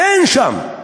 אין שם.